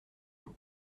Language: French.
vous